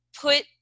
put